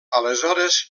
aleshores